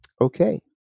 okay